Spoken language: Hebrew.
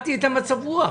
איבדתי את המצב רוח,